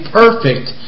perfect